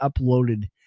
uploaded